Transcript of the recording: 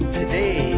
today